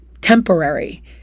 temporary